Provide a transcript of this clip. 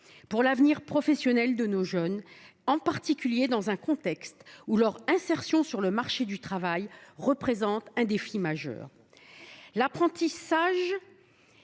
pour l’avenir professionnel de nos jeunes, en particulier dans un contexte où leur insertion sur le marché du travail constitue un défi majeur. Elle est